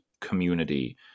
community